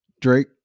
Drake